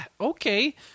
Okay